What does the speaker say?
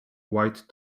white